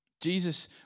Jesus